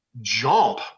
jump